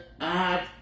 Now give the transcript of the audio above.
add